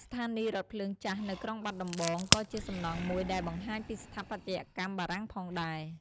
ស្ថានីយរថភ្លើងចាស់នៅក្រុងបាត់ដំបងក៏ជាសំណង់មួយដែលបង្ហាញពីស្ថាបត្យកម្មបារាំងផងដែរ។